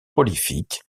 prolifique